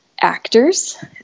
actors